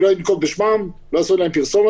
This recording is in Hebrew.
אני לא אנקוב בשמם כדי לא לעשות להם פרסומת.